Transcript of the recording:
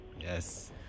Yes